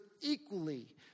equally